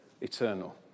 eternal